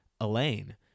Elaine